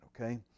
Okay